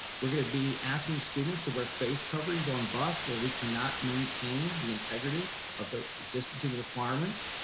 we're gonna be asking students to wear face coverings on bus where we cannot maintain the integrity of the distancing requirements.